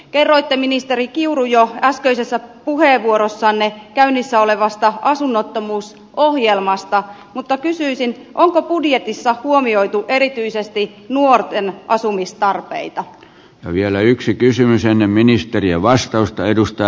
kerroitte ministeri kiuru jo äskeisessä puheenvuorossanne käynnissä olevasta asunnottomuusohjelmasta mutta kysyisin onko budjetissa huomioitu erityisesti nuorten asumistarpeita vielä yksi kysymys ennen ministerien vastausta edustaa